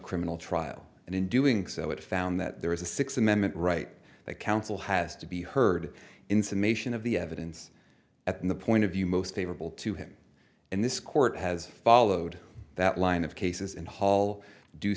criminal trial and in doing so it found that there is a sixth amendment right that counsel has to be heard in summation of the evidence at the point of view most favorable to him and this court has followed that line of cases in hall do